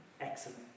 Excellent